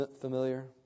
familiar